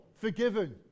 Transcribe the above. forgiven